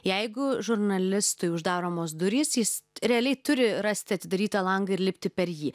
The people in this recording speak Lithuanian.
jeigu žurnalistui uždaromos durys jis realiai turi rasti atidarytą langą ir lipti per jį